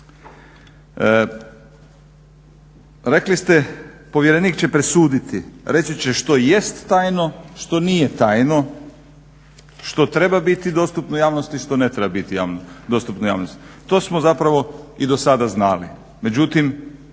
Rekli ste povjerenik će presuditi, reći će što jest tajno, što nije tajno, što treba biti dostupno javnosti, što ne treba biti dostupno javnosti. To smo zapravo i do sada znali.